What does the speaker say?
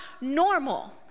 normal